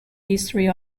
history